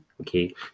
okay